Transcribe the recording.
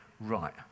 right